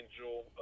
angel